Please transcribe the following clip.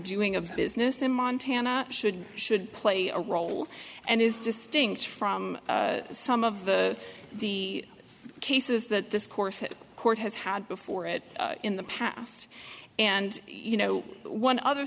doing of business in montana should should play a role and is just stinks from some of the the cases that this corset court has had before it in the past and you know one other